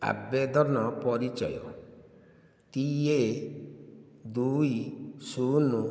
ଆବେଦନ ପରିଚୟ ଟି ଏ ଦୁଇ ଶୂନ